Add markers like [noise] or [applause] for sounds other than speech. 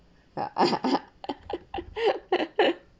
[laughs]